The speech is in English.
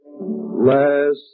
last